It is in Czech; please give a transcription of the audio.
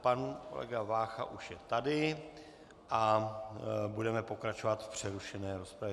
Pan kolega Vácha už je tady, budeme pokračovat v přerušené rozpravě.